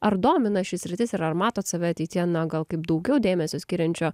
ar domina ši sritis ir ar matot save ateityje na gal kaip daugiau dėmesio skiriančio